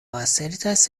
asertas